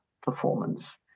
performance